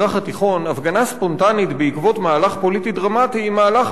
הפגנה ספונטנית בעקבות מהלך פוליטי דרמטי היא מהלך מבורך,